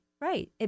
Right